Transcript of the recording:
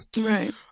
Right